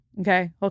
Okay